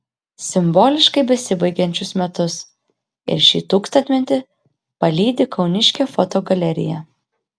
simboliškai besibaigiančius metus ir šį tūkstantmetį palydi kauniškė fotogalerija